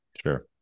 Sure